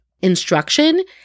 instruction